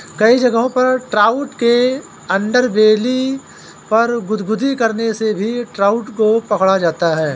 कई जगहों पर ट्राउट के अंडरबेली पर गुदगुदी करने से भी ट्राउट को पकड़ा जाता है